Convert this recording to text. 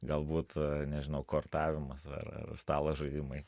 galbūt nežinau kortavimas ar ar stalo žaidimai